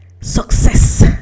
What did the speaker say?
success